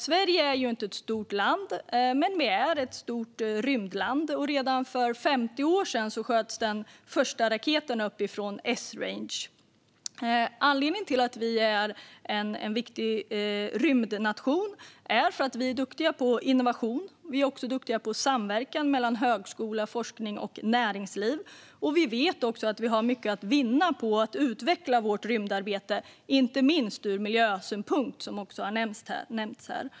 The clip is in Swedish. Sverige är inte ett stort land, men det är ett stort rymdland. Redan för 50 år sedan sköts den första raketen upp från Esrange. Anledningen till att vi är en viktig rymdnation är att vi är duktiga på innovation. Vi är också duktiga på samverkan mellan högskola, forskning och näringsliv. Vi vet att vi har mycket att vinna på att utveckla rymdarbetet, inte minst ur miljöhänseende vilket också har nämnts här.